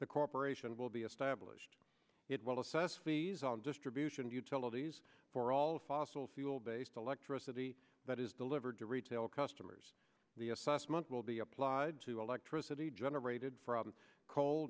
the corporation will be established it will assess these on distribution utilities for all fossil fuel based electricity that is delivered to retail customers the assessment will be applied to electricity generated from co